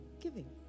giving